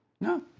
No